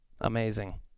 amazing